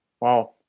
Wow